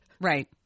Right